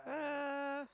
uh